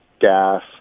gas